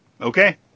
Okay